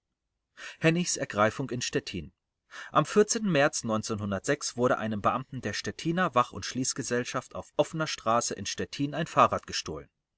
hennigs ergreifung in stettin am märz wurde einem beamten der stettiner wach und schließgesellschaft auf offener straße in stettin ein fahrrad gestohlen